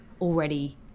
already